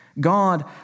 God